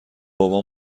بابا